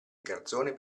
garzone